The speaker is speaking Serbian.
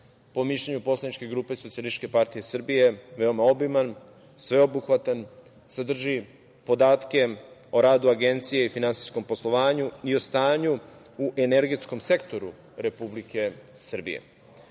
po mišljenju poslaničke grupe SPS veoma obiman, sveobuhvatan, sadrži podatke o radu Agencije i finansijskom poslovanju i o stanju u energetskom sektoru Republike Srbije.